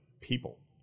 people